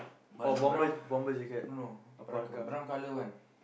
but the brown no parka brown color one